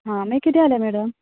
मागीर किदें जालें मॅडम आं